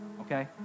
okay